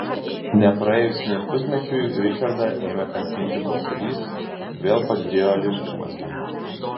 nepraėjus nė pusmečiui ričardą ėmė kankinti kosulys vėl padidėjo limfmazgiai